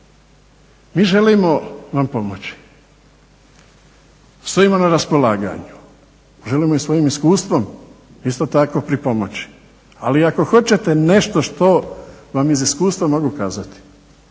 Mi želimo Vam pomoći. Stojimo na raspolaganju, želimo i svojim iskustvom isto tako pripomoći ali ako hoćete nešto što vam iz iskustva mogu kazati